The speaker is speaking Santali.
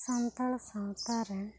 ᱥᱟᱱᱛᱟᱲ ᱥᱟᱶᱛᱟ ᱨᱮᱱ